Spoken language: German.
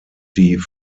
die